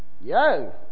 yo